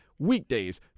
weekdays